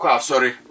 sorry